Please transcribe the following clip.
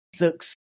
looks